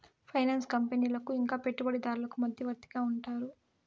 finance కంపెనీలకు ఇంకా పెట్టుబడిదారులకు మధ్యవర్తిగా ఉంటారు